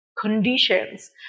conditions